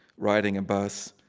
riding a bus,